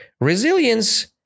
resilience